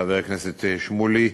חבר הכנסת שמולי,